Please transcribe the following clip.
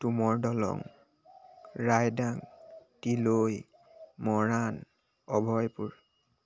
Tumar Dolong Raidang Tilai Moran Abhaypur